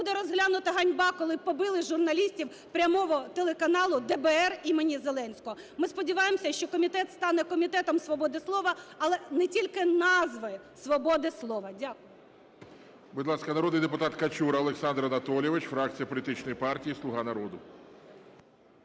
буде розглянута ганьба, коли побили журналістів "Прямого" телеканалу ДБР імені Зеленського. Ми сподіваємося, що комітет стане Комітетом свободи слова, але не тільки назви "свободи слова". Дякую.